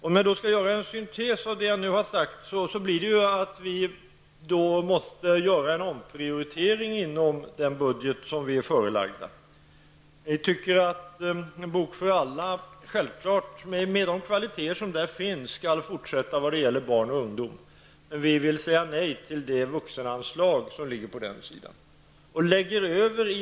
Om jag skall göra en syntes av det jag nu har sagt, blir det ju att vi måste göra en omprioritering inom den budget som vi är förelagda. Vi tycker att En bok för alla, med de kvaliteter som där finns, självfallet skall fortsätta vad gäller barn och ungdom, men vi vill säga nej till det vuxenanslag som ligger på den sidan.